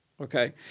okay